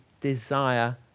desire